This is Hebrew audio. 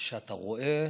שאתה רואה